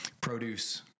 produce